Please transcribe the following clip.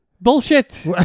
bullshit